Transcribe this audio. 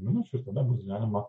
minučių ir tada bus galima